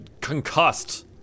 concussed